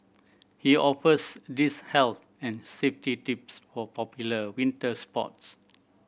he offers these health and safety tips for popular winter sports